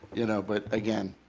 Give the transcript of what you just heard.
you know, but again,